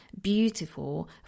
Beautiful